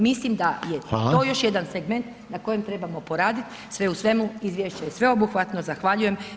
Mislim da je to još [[Upadica: Hvala.]] jedan segment na kojem trebamo poraditi, sve u svemu, izvješće je sveobuhvatno, zahvaljujem.